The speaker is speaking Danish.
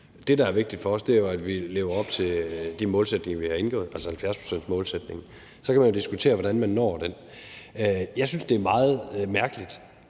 Det, der er vigtigt for os, er, at vi lever op til de målsætninger, vi har indgået aftale om, altså 70-procentsmålsætningen. Så kan man diskutere, hvordan man når den. Jeg synes, det er meget mærkeligt,